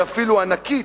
היא אפילו ענקית.